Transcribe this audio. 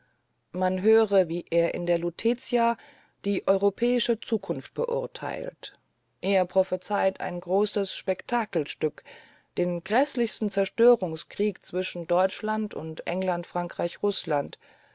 man höre wie er in der lutezia die europäische zukunft beurteilt er prophezeit ein großes spektakelstück den gräßlichsten zerstörungskrieg zwischen deutschland und england frankreich rußland